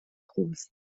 groß